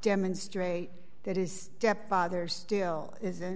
demonstrate that is step father still isn't